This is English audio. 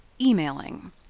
emailing